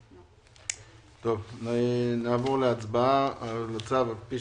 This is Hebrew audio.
31.12.2023. " נעבור להצבעה על הצו כפי